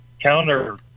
counter